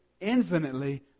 infinitely